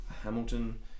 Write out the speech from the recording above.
Hamilton